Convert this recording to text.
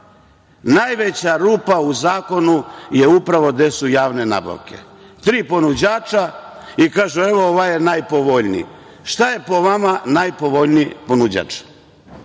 Najveća rupa u zakonu je upravo gde su javne nabavke. Tri ponuđača i kaže – evo ovaj je najpovoljniji. Šta je po vama najpovoljniji ponuđač?